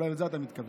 אולי לזה אתה מתכוון.